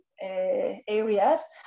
areas